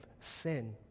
sin